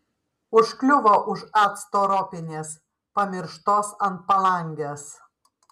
užkliuvo už acto ropinės pamirštos ant palangės